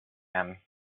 him